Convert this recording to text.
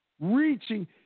reaching